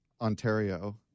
Ontario